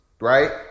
right